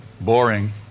Boring